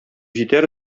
җитәр